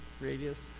radius